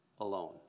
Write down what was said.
alone